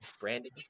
Branded